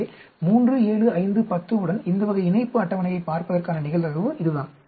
எனவே 3 7 5 10 உடன் இந்த வகை இணைப்பு அட்டவணையைப் பார்ப்பதற்கான நிகழ்தகவு இதுதான்